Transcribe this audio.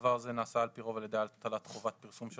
דבר זה נעשה על פי רוב על ידי הטלת חובת פרסום של